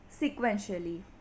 sequentially